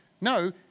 no